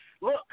Look